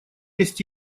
есть